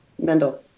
Mendel